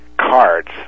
cards